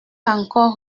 encore